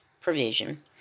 provision